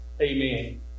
Amen